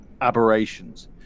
aberrations